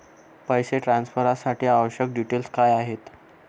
पैसे ट्रान्सफरसाठी आवश्यक डिटेल्स काय आहेत?